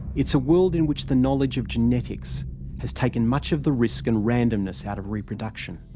it's a world in which the knowledge of genetics has taken much of the risk and randomness out of reproduction.